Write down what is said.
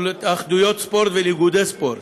להתאחדויות ספורט ולאיגודי ספורט.